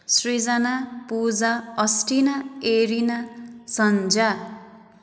Srijana Puja Astina Erina Sanja